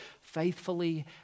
faithfully